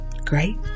Great